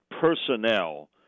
personnel